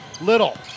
Little